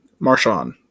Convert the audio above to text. Marshawn